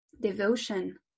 devotion